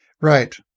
Right